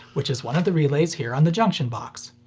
which is one of the relays here on the junction box.